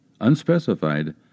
unspecified